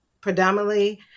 predominantly